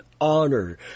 honor